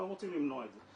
אנחנו רוצים למנוע את זה.